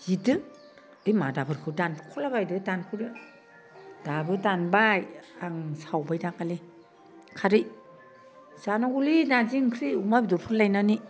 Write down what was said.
जिरदो बे मादाफोरखो दानख'लाबायदो दानख'दो दाबो दानबाय आं सावबाय दाखालि खारै जानांगौलै नारजि ओंख्रि अमा बेदरफोर लायनानै